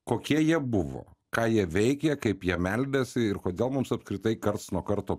kokie jie buvo ką jie veikė kaip jie meldėsi ir kodėl mums apskritai karts nuo karto